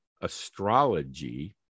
astrology